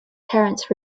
parents